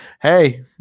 Hey